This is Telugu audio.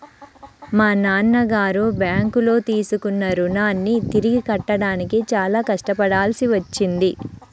మా నాన్నగారు బ్యేంకులో తీసుకున్న రుణాన్ని తిరిగి కట్టడానికి చాలా కష్టపడాల్సి వచ్చింది